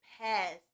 past